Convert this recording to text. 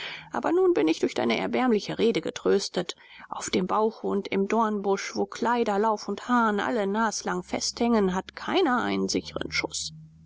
aber nun bin ich durch deine erbauliche rede getröstet auf dem bauche und im dornbusch wo kleider lauf und hahn alle naslang festhängen hat keiner einen sichren schuß